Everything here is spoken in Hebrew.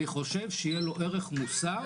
אני חושב שיהיה לו ערך מוסף